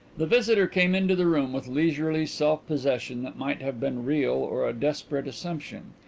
the visitor came into the room with leisurely self-possession that might have been real or a desperate assumption.